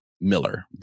Miller